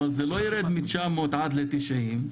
אבל זה לא יירד מ-900 עד ל-90,